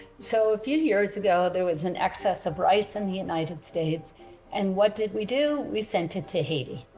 so a few years ago there was an excess of rice in the united states and what did we do we sent it to haiti.